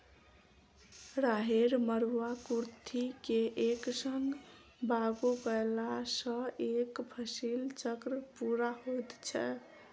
राहैड़, मरूआ, कुर्थी के एक संग बागु करलासॅ एक फसिल चक्र पूरा होइत छै